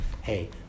Hey